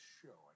show